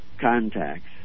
contacts